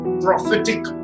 prophetic